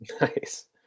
nice